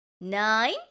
nine